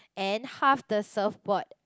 and half the surfboard